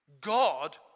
God